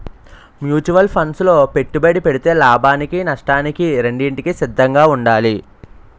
mutual funds లో పెట్టుబడి పెడితే లాభానికి నష్టానికి రెండింటికి సిద్ధంగా ఉండాలి